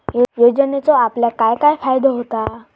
योजनेचो आपल्याक काय काय फायदो होता?